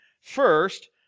First